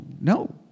no